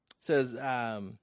says